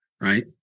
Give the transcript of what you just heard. Right